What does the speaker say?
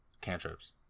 cantrips